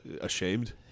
ashamed